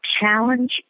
challenge